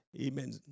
Amen